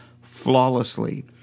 flawlessly